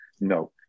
no